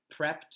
prepped